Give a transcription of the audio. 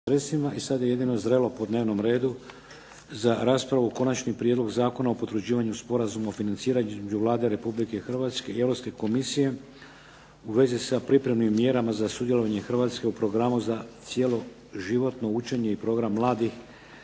I sad je jedino zrelo po dnevnom redu za raspravu –- Konačni prijedlog Zakona o potvrđivanju Sporazuma o financiranju između Vlade Republike Hrvatske i Europske Komisije u vezi s pripremnim mjerama za sudjelovanje Hrvatske u programu za cjeloživotno učenje i programu mladi